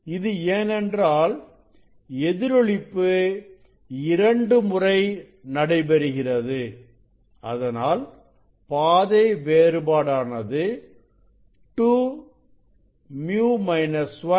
இது ஏனென்றால் எதிரொளிப்பு இரண்டு முறை நடைபெறுகிறது அதனால் பாதை வேறுபாடானது 2 µ 1 t